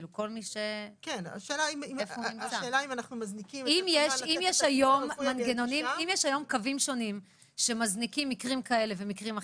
אם יש היום קווים שונים שמזניקים מקרים כאלה ומקרים אחרים,